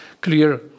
clear